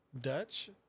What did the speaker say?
Dutch